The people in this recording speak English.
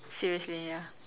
seriously ya